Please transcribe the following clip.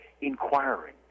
inquiring